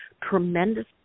tremendous